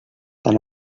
tan